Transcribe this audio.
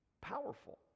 powerful